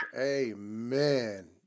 Amen